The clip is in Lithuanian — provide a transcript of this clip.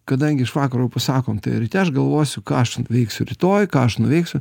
kadangi iš vakaro pasakom tai ryte aš galvosiu ką aš ten veiksiu rytoj ką aš nuveiksiu